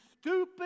stupid